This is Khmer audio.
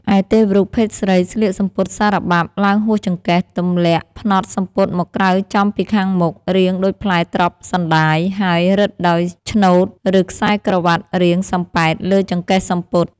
ឯទេវរូបភេទស្រីស្លៀកសំពត់សារបាប់ឡើងហួសចង្កេះ ទម្លាក់ផ្នត់សំពត់មកក្រៅចំពីខាងមុខ រាងដូចផ្លែត្រប់សណ្ដាយ ហើយរឹតដោយឈ្នួត ឬខ្សែក្រវាត់រាងសំប៉ែតលើចង្កេះសំពត់។